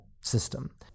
system